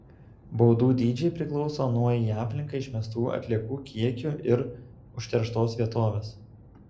baudų dydžiai priklauso nuo į aplinką išmestų atliekų kiekių ir užterštos vietovės